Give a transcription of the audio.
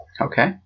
Okay